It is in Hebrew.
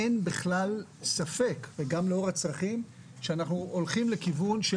אין בכלל ספק שאנחנו הולכים לכיוון של